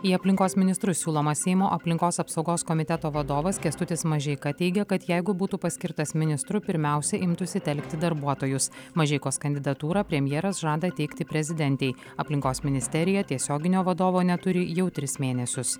į aplinkos ministrus siūlomas seimo aplinkos apsaugos komiteto vadovas kęstutis mažeika teigia kad jeigu būtų paskirtas ministru pirmiausiai imtųsi telkti darbuotojus mažeikos kandidatūrą premjeras žada teikti prezidentei aplinkos ministerija tiesioginio vadovo neturi jau tris mėnesius